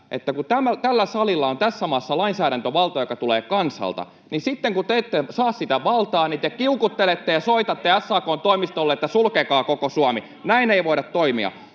että kun tällä salilla on tässä maassa lainsäädäntövalta, joka tulee kansalta, niin sitten kun te ette saa sitä valtaa, niin te kiukuttelette ja soitatte SAK:n toimistolle, että sulkekaa koko Suomi. Näin ei voida toimia.